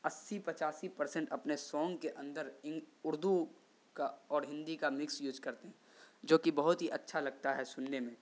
اسی پچاسی پرسنٹ اپنے سونگ کے اندر ان اردو کا اور ہندی کا مکس یوج کرتے ہیں جو کہ بہت ہی اچھا لگتا ہے سننے میں